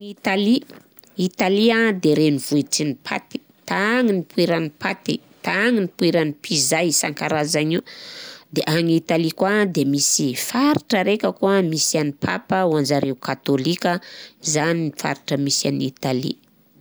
Italia, Italia an de renivohitry paty. Tagny nipoiran'ny paty, tagny nipoiran'ny pizza isan-karazagn'io. De agny Italy koà an de misy faritra raika koà misy an'ny Papa ho anzareo Katôlika, zany ny faritra misy an'Italy.